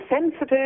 sensitive